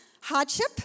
hardship